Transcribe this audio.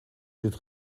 zit